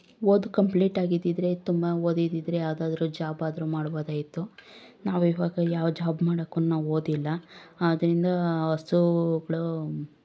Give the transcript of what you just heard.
ಓದು ಕಂಪ್ಲೀಟ್ ಆಗಿದ್ದಿದ್ರೆ ತುಂಬಾ ಓದಿದ್ದಿದ್ರೆ ಯಾವುದಾದ್ರೂ ಜ್ವಾಬ್ ಆದ್ರೂ ಮಾಡ್ಬೌದಾಗಿತ್ತು ನಾವು ಇವಾಗ ಯಾವ ಜ್ವಾಬ್ ಮಾಡೋಕ್ಕೂನು ಓದಿಲ್ಲ ಆದ್ರಿಂದ ಹಸುಗಳು